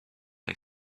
lay